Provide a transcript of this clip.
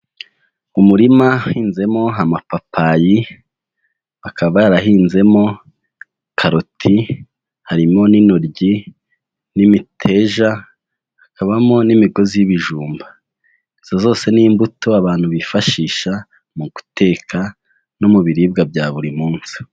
Umurima uhinzemo amapapayi, bakaba yarahinzemo karoti, harimo n'intoryi n'imiteja, hakabamo n'imigozi y'ibijumba. Izo zose ni imbuto abantu bifashisha mu guteka no mu biribwa bya buri munsi.